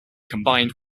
combined